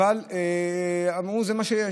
אבל אמרו: זה מה שיש.